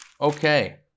Okay